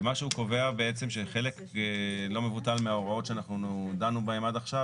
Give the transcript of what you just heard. ומה שהוא קובע בעצם שחלק לא מבוטל מההוראות שאנחנו דנו בהם עד עכשיו